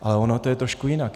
Ale ono to je trošku jinak.